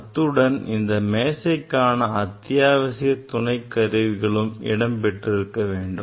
அத்துடன் இந்த மேசைக்கான அத்தியாவசிய துணைக்கருவிகளும் இடம் பெற்றிருக்க வேண்டும்